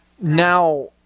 Now